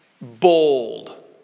Bold